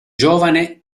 giovane